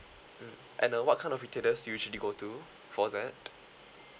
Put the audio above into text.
mm and uh what kind of retailers do you usually go to for that